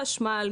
חשמל,